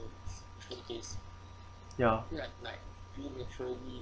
ya